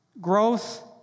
Growth